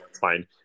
fine